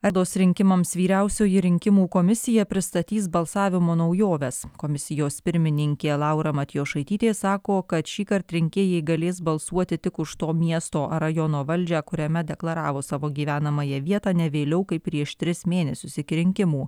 rados rinkimams vyriausioji rinkimų komisija pristatys balsavimo naujoves komisijos pirmininkė laura matjošaitytė sako kad šįkart rinkėjai galės balsuoti tik už to miesto rajono valdžią kuriame deklaravo savo gyvenamąją vietą ne vėliau kaip prieš tris mėnesius iki rinkimų